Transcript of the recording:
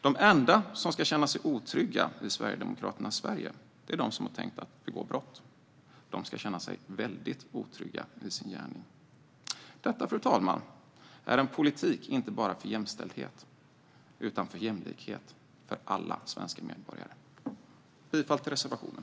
De enda som ska känna sig otrygga i Sverigedemokraternas Sverige är de som har tänkt begå brott. De ska känna sig väldigt otrygga i sin gärning. Detta, fru talman, är en politik inte bara för jämställdhet utan också för jämlikhet - för alla svenska medborgare. Jag yrkar bifall till reservationen.